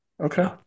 Okay